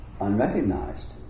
unrecognized